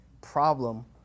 problem